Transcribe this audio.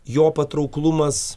jo patrauklumas